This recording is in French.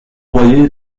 envoyé